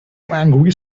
angry